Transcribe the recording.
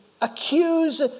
accuse